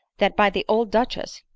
that by the old duchess,